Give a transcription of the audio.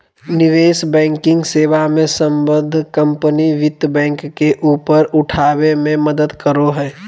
निवेश बैंकिंग सेवा मे सम्बद्ध कम्पनी वित्त बैंक के ऊपर उठाबे मे मदद करो हय